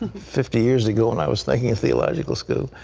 fifty years ago when i was thinking in theological school,